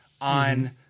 on